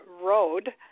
Road